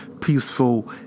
peaceful